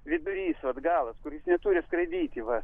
vidurys vat galas kuris neturi skraidyti va